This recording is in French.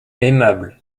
aimable